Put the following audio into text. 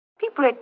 People